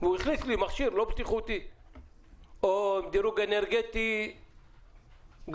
והוא הכניס לי מכשיר לא בטיחותי או דירוג אנרגטי גרוע.